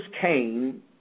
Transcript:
came